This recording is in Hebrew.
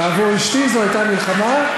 עבור אשתי זו הייתה מלחמה,